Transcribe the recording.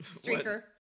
Streaker